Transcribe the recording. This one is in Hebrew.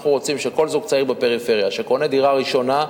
אנחנו רוצים שכל זוג צעיר בפריפריה שקונה דירה ראשונה,